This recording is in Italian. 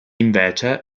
invece